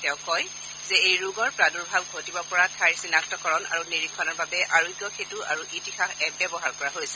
তেওঁ কয় যে এই ৰোগৰ প্ৰাদুৰ্ভাৱ ঘটিব পৰা ঠাইৰ চিনাক্তকৰণ আৰু নিৰীক্ষণৰ বাবে আৰোগ্য সেতু আৰু ইতিহাস এপ ব্যৱহাৰ কৰা হৈছে